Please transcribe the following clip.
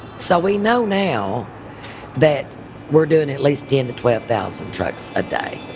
so we know now that we're doing at least ten to twelve thousand trucks a day.